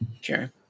Sure